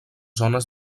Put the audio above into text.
zones